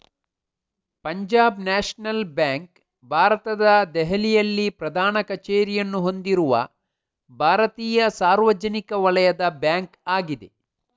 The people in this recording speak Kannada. ಪಂಜಾಬ್ ನ್ಯಾಷನಲ್ ಬ್ಯಾಂಕ್ ಭಾರತದ ದೆಹಲಿಯಲ್ಲಿ ಪ್ರಧಾನ ಕಚೇರಿಯನ್ನು ಹೊಂದಿರುವ ಭಾರತೀಯ ಸಾರ್ವಜನಿಕ ವಲಯದ ಬ್ಯಾಂಕ್ ಆಗಿದೆ